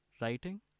writing